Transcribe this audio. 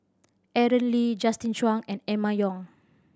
Aaron Lee Justin Zhuang and Emma Yong